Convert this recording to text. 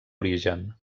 origen